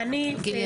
הנקודה ברורה.